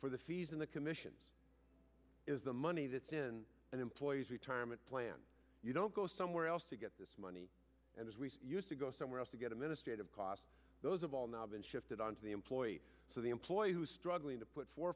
for the fees in the commission is the money that's in an employee's retirement plan you don't go somewhere else to get this money and as we used to go somewhere else to get them in a state of cost those of all not been shifted onto the employee so the employer who is struggling to put for